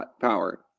power